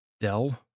Dell